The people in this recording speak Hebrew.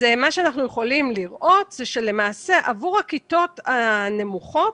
אנחנו יכולים לראות שלמעשה עבור הכיתות הנמוכות